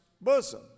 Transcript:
bosom